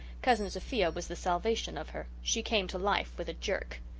cousin sophia was the salvation of her. she came to life with a jerk.